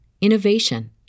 innovation